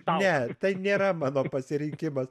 ne tai nėra mano pasirinkimas